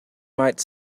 might